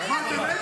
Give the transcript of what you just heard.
אמרתם איזה?